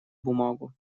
бумагу